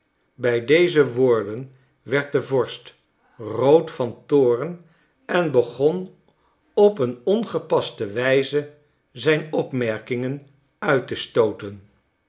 bij deze woorden werd de vorst rood van toorn en begon op een ongepaste wijze zijn opmerkingen uit te stooten